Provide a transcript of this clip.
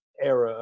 era